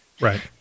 Right